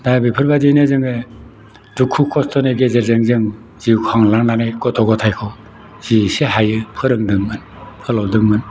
दा बेफोरबायदिनो जोङो दुखु खस्थ'नि गेजेरजों जों जिउखांलांनानै गथ' गथाइखौ जि एसे हायो फोरोंदोंमोन फोलावदोंमोन